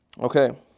okay